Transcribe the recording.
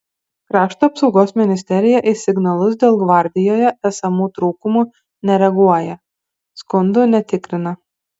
krašto apsaugos ministerija į signalus dėl gvardijoje esamų trūkumų nereaguoja skundų netikrina